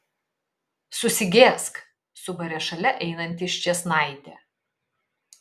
susigėsk subarė šalia einanti ščėsnaitė